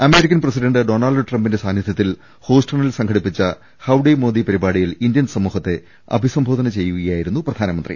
അമേ രിക്കൻ president Donald ട്രംപിന്റെ സാന്നിധ്യത്തിൽ ഹൂസ്റ്റ ണിൽ സംഘടിപ്പിച്ച ഹൌഡി മോദി പരിപാടിയിൽ ഇന്ത്യൻ സമൂഹത്തെ അഭിസംബോധന ചെയ്യുകയായിരുന്നു പ്രധാനമന്ത്രി